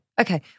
Okay